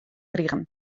krige